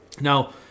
Now